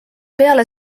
peale